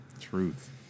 Truth